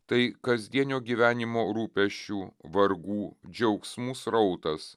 tai kasdienio gyvenimo rūpesčių vargų džiaugsmų srautas